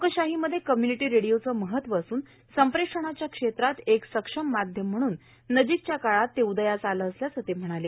लोकषाहीमध्ये community रेडिओचं महत्व असून संप्रेशणाच्या क्षेत्रात एक सक्ष माध्यम म्हणून नजिकच्या काळात उदयास आलं असल्याचं ते म्हणाले